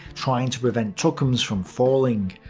trying to prevent tukums from falling.